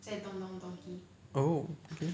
oh okay